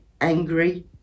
angry